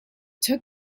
took